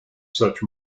such